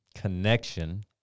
connection